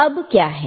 अब क्या है